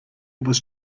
was